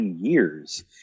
years